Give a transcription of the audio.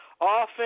Often